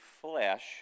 flesh